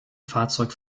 fahrzeug